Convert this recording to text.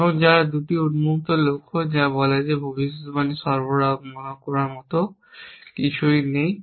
এবং তারা 2টি উন্মুক্ত লক্ষ্য যা বলে যে এই ভবিষ্যদ্বাণী সরবরাহ করার মতো কিছুই নেই